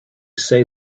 say